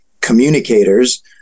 communicators